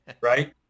right